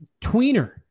tweener